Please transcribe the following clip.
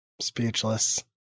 speechless